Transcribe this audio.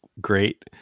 great